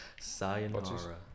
Sayonara